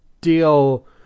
deal